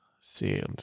see